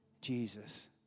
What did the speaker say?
Jesus